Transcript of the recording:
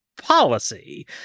policy